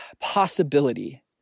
possibility